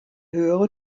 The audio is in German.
höhere